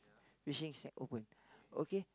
fishing shack open okay